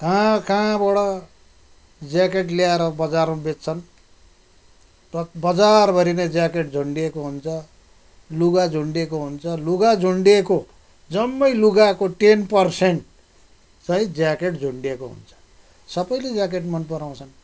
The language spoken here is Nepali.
कहाँ कहाँबाट ज्याकेट ल्याएर बजारमा बेच्छन् बजारभरि नै ज्याकेट झुन्डिएको हुन्छ लुगा झुन्डिएको हुन्छ लुगा झुन्डिएको जम्मै लुगाको टेन पर्सेन्ट चाहिँ ज्याकेट झुन्डिएको हुन्छ सबैले ज्याकेट मन पराउँछन्